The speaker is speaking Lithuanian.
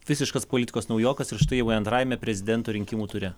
visiškas politikos naujokas ir štai jau antrajame prezidento rinkimų ture